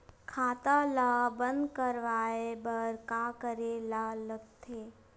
खाता ला बंद करवाय बार का करे ला लगथे?